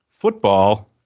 football